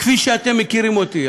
כפי שאתם מכירים אותי.